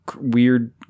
weird